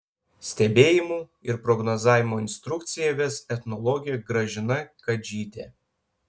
stebėjimų ir prognozavimo instrukciją ves etnologė gražina kadžytė